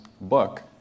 book